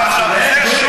זה מה, זה שוחד.